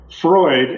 Freud